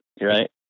right